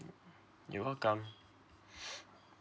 you're welcome